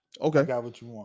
Okay